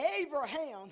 Abraham